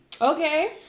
Okay